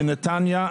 בנתניה,